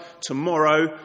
tomorrow